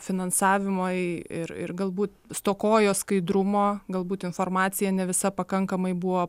finansavimai ir ir galbūt stokojo skaidrumo galbūt informacija ne visa pakankamai buvo